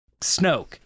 Snoke